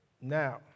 now